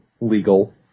legal